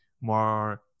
more